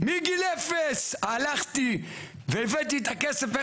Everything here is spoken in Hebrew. מגיל אפס הלכתי והבאתי את הכסף,